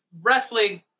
Wrestling